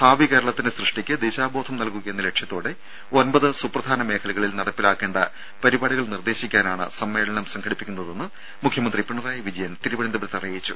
ഭാവി കേരളത്തിന്റെ സൃഷ്ടിക്ക് ദിശാബോധം നൽകുകയെന്ന ലക്ഷ്യത്തോടെ ഒൻപത് സുപ്രധാന മേഖലകളിൽ നടപ്പിലാക്കേണ്ട പരിപാടികൾ നിർദേശിക്കാനാണ് സമ്മേളനം സംഘടിപ്പിക്കുന്നതെന്ന് മുഖ്യമന്ത്രി പിണറായി വിജയൻ തിരുവനന്തപുരത്ത് അറിയിച്ചു